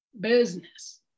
business